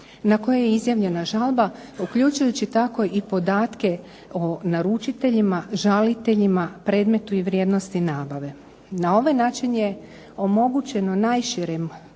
na koje je izjavljena žalba, uključujući tako i podatke o naručiteljima, žalitelju, predmetu i vrijednosti nabave. Na ovaj način omogućeno najširem